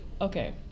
okay